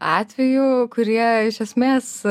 atvejų kurie iš esmės